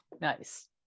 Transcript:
Nice